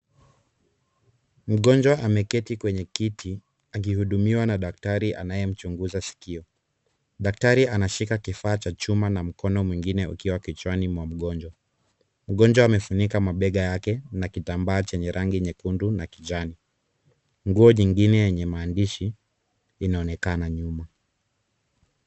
Mgonjwa ameketi kwenye kiti, aki hudumiwa na daktari anaye mchunguza sikio. Daktari anashika kifaa cha chuma na mkono mwingine ukiwa kichwani mwamboni. Mgonjwa amefunika mabega yake na kitambaa chenye rangi nyekundu na kijani. Nguo nyingine yenye maandishi inaonekana nyuma.